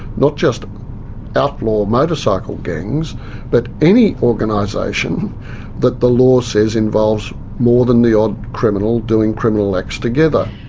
not just outlaw motorcycle gangs but any organisation that the law says involves more than the odd criminal doing criminal acts together.